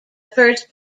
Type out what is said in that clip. first